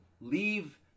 leave